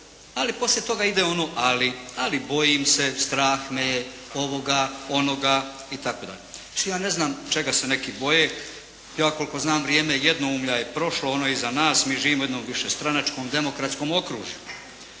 Ali, poslije toga ide ono ali. Ali bojim se, strah me je ovoga, onoga itd. Mislim, ja ne znam čega se neki boje. Ja koliko znam vrijeme jednoumlja je prošlo, ono je iza nas, mi živimo u jednom višestranačkom demokratskom okružju.